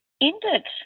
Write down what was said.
ended